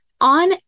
on